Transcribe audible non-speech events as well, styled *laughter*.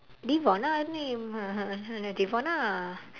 devona the name *laughs* devona